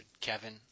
Kevin